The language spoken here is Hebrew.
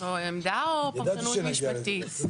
זו עמדה או פרשנות משפטית?